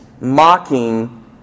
mocking